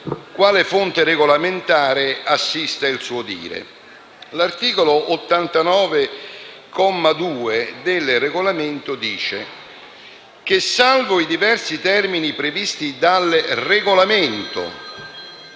quale fonte regolamentare assista il suo dire.